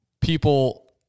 people